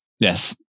Yes